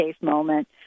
moment